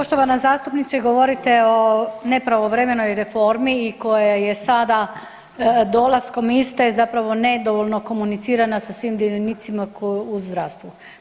Poštovana zastupnice govorite o nepravovremenoj reformi i koja je sada dolaskom iste zapravo nedovoljno komunicirana sa svim dionicima u zdravstvu.